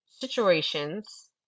situations